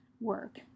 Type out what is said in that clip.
Work